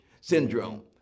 syndrome